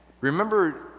remember